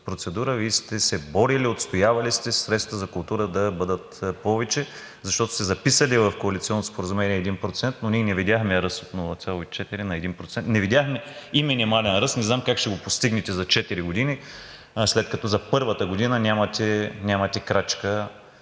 Вие сте се борили, отстоявали сте средствата за култура да бъдат повече, защото сте записали в коалиционното споразумение 1%, но ние не видяхме ръст от 0,4% на 1%. Не видяхме и минимален ръст. Не знам как ще го постигнете за четири години, след като за първата година нямате крачка